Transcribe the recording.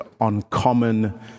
Uncommon